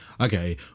okay